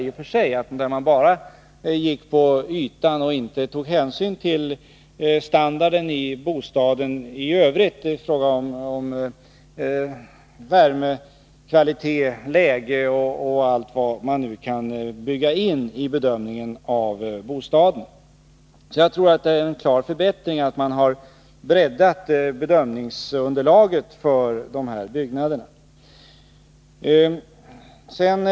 I det systemet såg man bara till ytan och tog inte hänsyn till standarden i bostaden i Övrigt i fråga om värme, kvalitet, läge och allt vad man nu kan ta in i bedömningen av en bostad. Jag tror att det innebär en klar förbättring att man har breddat bedömningsunderlaget för de byggnader det gäller.